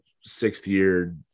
sixth-year